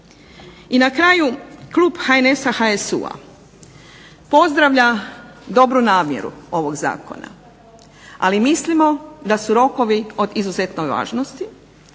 I na kraju, klub HNS-a, HSU-a pozdravlja dobru namjeru ovog zakona, ali mislimo da su rokovi od izuzetne važnosti,